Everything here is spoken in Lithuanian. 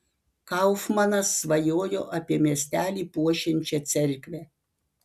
kaufmanas svajojo apie miestelį puošiančią cerkvę